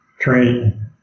train